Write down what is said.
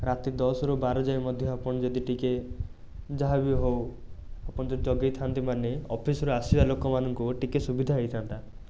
ରାତି ଦଶରୁ ବାର ଯାଏଁ ମଧ୍ୟ ଆପଣ ଯଦି ଟିକିଏ ଯାହାବି ହେଉ ଆପଣ ଯଦି ଜଗେଇଥାନ୍ତି ମାନେ ଅଫିସ୍ରୁ ଆସିବା ଲୋକମାନଙ୍କୁ ଟିକିଏ ସୁବିଧା ହେଇଥାନ୍ତା